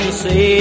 say